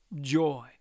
joy